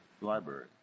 library